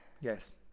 Yes